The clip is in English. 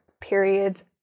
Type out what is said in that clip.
periods